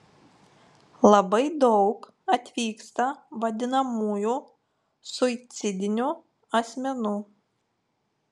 labai daug atvyksta vadinamųjų suicidinių asmenų